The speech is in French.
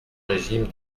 régime